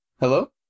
hello